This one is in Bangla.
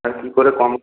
আর কি করে কম